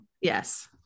Yes